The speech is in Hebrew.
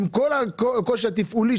עם כל הקושי התפעולי.